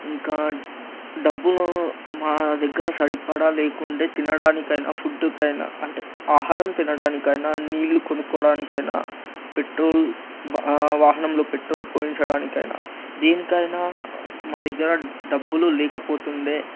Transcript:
ఇంకా డబ్బులు మా దగ్గర సరిపడా లేకుండే తినడానికైనా ఫుడ్కైనా అంటే ఆహారం తినడానికైనా నీళ్ళు కొనుక్కోవడానికైనా పెట్రోల్ వాహనంలో పెట్రోల్ పోయించడానికైనా దీనికైనా మా దగ్గర డబ్బులు లేకపోతుండేవి